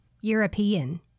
European